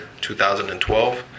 2012